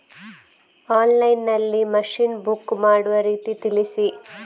Online ನಲ್ಲಿ machine book ಮಾಡುವ ರೀತಿ ತಿಳಿಸಿ?